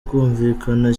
kumvikana